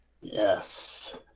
Yes